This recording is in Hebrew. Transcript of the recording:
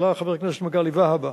שהעלה חבר הכנסת מגלי והבה.